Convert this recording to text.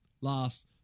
last